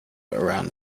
around